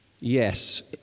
Yes